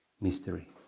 mystery